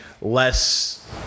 less